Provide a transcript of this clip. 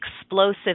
explosive